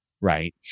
right